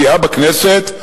סיעה בכנסת,